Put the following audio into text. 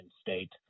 state